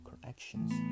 connections